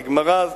זה גמרא,